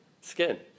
skin